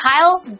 Kyle